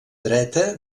dreta